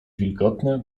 wilgotne